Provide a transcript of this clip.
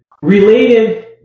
Related